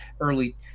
early